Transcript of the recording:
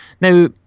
Now